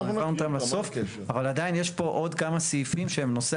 אבל עדיין יש פה עוד כמה סעיפים שהם נושא